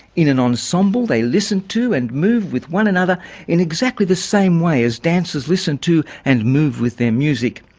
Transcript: in an ensemble they listen to and move with one another in exactly the same way as dancers listen to and move with their music.